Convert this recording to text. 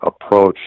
approach